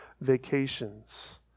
vacations